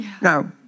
Now